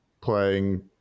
playing